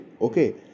Okay